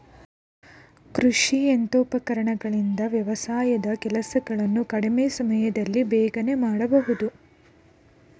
ಕೃಷಿ ಯಂತ್ರೋಪಕರಣಗಳಿಂದ ವ್ಯವಸಾಯದ ಕೆಲಸಗಳನ್ನು ಕಡಿಮೆ ಸಮಯದಲ್ಲಿ ಬೇಗನೆ ಮಾಡಬೋದು